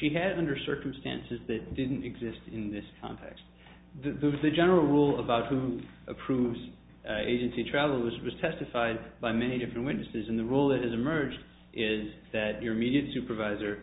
she had under circumstances that didn't exist in this context that there was a general rule about who approves agency travel was was testified by many different witnesses and the role that has emerged is that your immediate supervisor